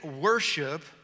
worship